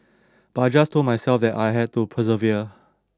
but I just told myself that I had to persevere